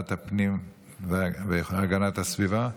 לוועדת הפנים והגנת הסביבה.